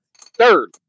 Third